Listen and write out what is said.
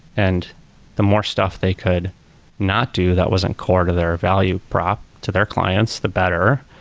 and the more stuff they could not do that wasn't core to their value prop to their clients, the better.